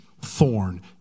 thorn